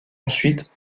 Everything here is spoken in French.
ensuite